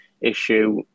issue